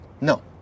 No